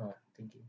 oh thinking